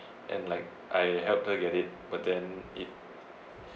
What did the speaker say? and like I helped her get it but then it